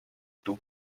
taux